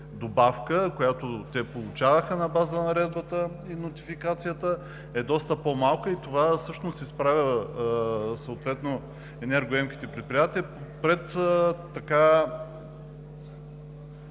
добавка, която те получаваха на база на наредбата и нотификацията, е доста по-малка и това всъщност изправя енергоемките предприятия пред